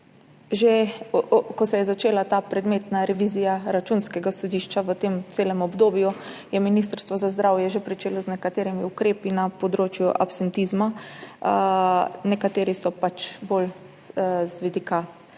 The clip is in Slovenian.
Že ko se je začela ta predmetna revizija Računskega sodišča v tem celem obdobju, je Ministrstvo za zdravje že začelo z nekaterimi ukrepi na področju absentizma, nekateri so pač bolj s